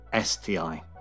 STI